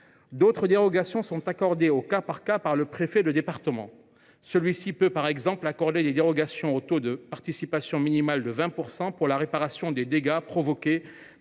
D’autres dérogations sont accordées au cas par cas par le préfet de département. Celui ci peut, par exemple, accorder des dérogations au taux de participation minimale de 20 % pour la réparation des dégâts provoqués